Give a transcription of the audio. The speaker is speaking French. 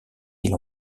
îles